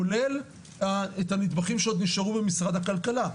כולל את הנדבכים שעוד נשארו במשרד הכלכלה.